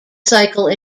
cycle